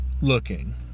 looking